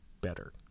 better